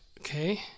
okay